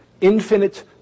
infinite